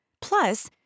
plus